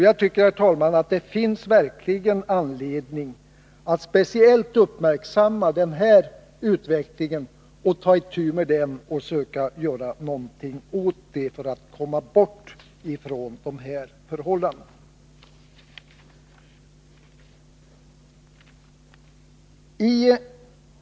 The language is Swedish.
Jag tycker, herr talman, att det verkligen finns anledning att speciellt uppmärksamma den här utvecklingen och försöka göra någonting för att komma bort från dessa förhållanden.